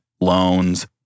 loans